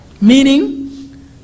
meaning